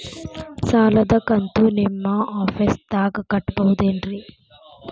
ಸಾಲದ ಕಂತು ನಿಮ್ಮ ಆಫೇಸ್ದಾಗ ಕಟ್ಟಬಹುದೇನ್ರಿ?